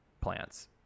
plants